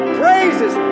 praises